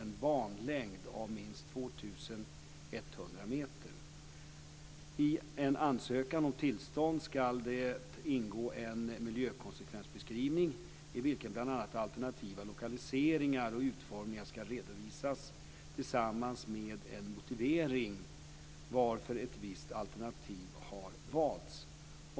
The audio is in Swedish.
I en ansökan om tillstånd ska det ingå en miljökonsekvensbeskrivning i vilken bl.a. alternativa lokaliseringar och utformningar ska redovisas, tillsammans med en motivering till varför ett visst alternativ har valts.